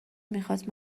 میخواست